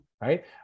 Right